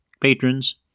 patrons